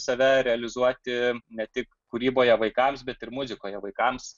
save realizuoti ne tik kūryboje vaikams bet ir muzikoje vaikams